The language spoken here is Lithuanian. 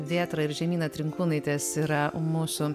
vėtra ir žemyna trinkūnaitės yra mūsų